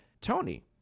Tony